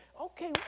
okay